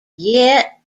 yet